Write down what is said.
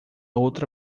outra